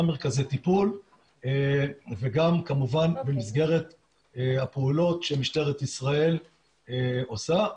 מרכזי טיפול וגם כמובן במסגרת הפעולות שמשטרה ישראל עושה.